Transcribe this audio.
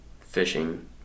fishing